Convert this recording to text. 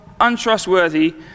untrustworthy